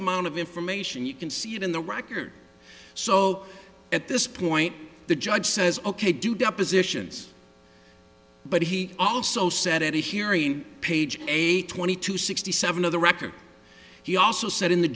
amount of information you can see it in the record so at this point the judge says ok do depositions but he also said at a hearing page eight twenty two sixty seven of the record he also said in the